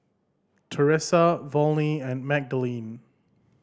Teressa Volney and Magdalene